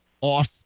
off